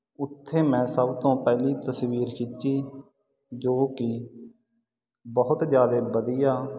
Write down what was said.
ਉੱਥੇ ਮੈਂ ਸਭ ਤੋਂ ਪਹਿਲੀ ਤਸਵੀਰ ਖਿੱਚੀ ਜੋ ਕਿ ਬਹੁਤ ਜਿਆਦੇ ਵਧੀਆ